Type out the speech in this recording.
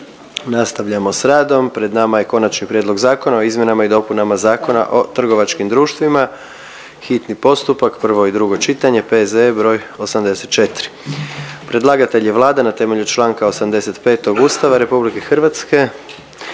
Nastavljamo s radom, pred nama je: - Konačni prijedlog zakona o izmjenama i dopunama Zakona o trgovačkim društvima, hitni postupak, prvo i drugo čitanje, P.Z.E. 84 Predlagatelj je Vlada na temelju čl. 85. Ustava RH i članaka